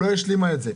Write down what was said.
לא השלימה את זה.